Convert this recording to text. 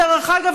דרך אגב,